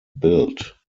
built